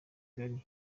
kugarura